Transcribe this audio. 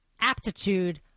aptitude